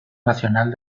nacional